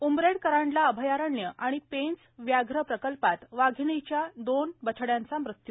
उमरेड कर्हांडला अभयारण्य आणि पेंच व्याघ्र प्रकल्पात वाघिणीच्या दोन बछड्यांचा मृत्यू